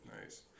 Nice